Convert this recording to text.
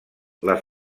les